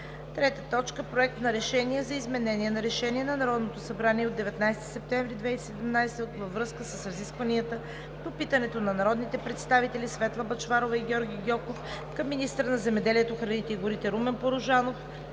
2019 г. 3. Проект на решение за изменение на Решение на Народното събрание от 19 септември 2017 г. във връзка с разискванията по питането на народните представители Светла Бъчварова и Георги Гьоков към министъра на земеделието, храните и горите Румен Порожанов